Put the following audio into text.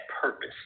purpose